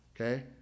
okay